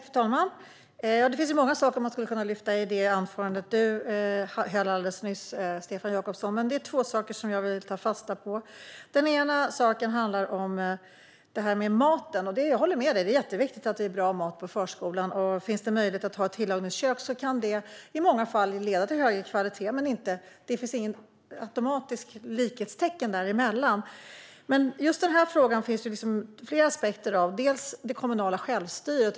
Fru talman! Det finns många saker i Stefan Jakobssons anförande man kan lyfta upp, men det är två saker jag vill ta fasta på. Den ena saken handlar om maten. Jag håller med om att det är viktigt med bra mat i förskolan. Om det finns möjlighet att ha ett tillagningskök kan det i många fall leda till högre kvalitet, men det finns inget automatiskt likhetstecken däremellan. Just i denna fråga finns flera aspekter, bland annat det kommunala självstyret.